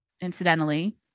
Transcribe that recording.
incidentally